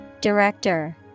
Director